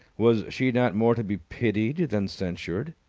was she not more to be pitied than censured?